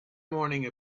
morning